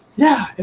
yeah.